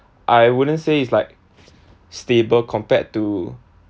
I wouldn't say it's like stable compared to